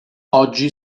oggi